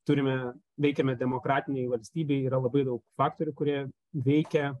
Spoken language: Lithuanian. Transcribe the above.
turime veikiame demokratinėj valstybėj yra labai daug faktorių kurie veikia